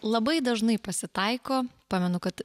labai dažnai pasitaiko pamenu kad